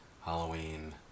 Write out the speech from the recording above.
Halloween